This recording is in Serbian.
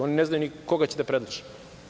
Oni ne znaju ni koga će da predlože.